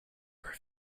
were